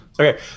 Okay